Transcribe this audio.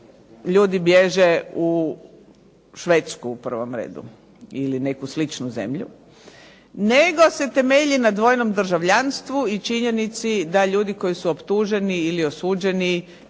ljudi bježe u Švedsku u prvom redu ili neku sličnu zemlju, nego se temelji na dvojnom državljanstvu i činjenici da ljudi koji su optuženi ili osuđeni